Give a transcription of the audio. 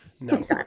No